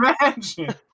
imagine